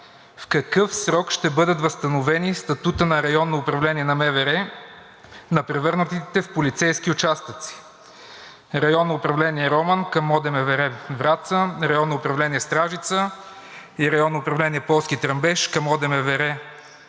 в какъв срок ще бъдат възстановени статутът на районно управление на МВР на превърнатите в полицейски участъци – Районно управление – Роман, към ОДМВР – Враца; Районно управление – Стражица, и Районно управление – Полски Тръмбеш, към ОДМВР –Велико